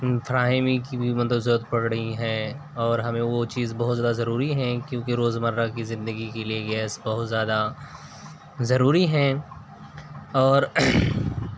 فراہمی کی بھی مطلب ضرورت پڑ رہی ہے اور ہمیں وہ چیز بہت زیادہ ضروری ہیں کیونکہ روزمرہ کی زندگی کے لیے گیس بہت زیادہ ضروری ہیں اور